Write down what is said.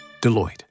Deloitte